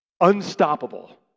unstoppable